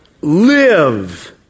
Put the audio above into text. live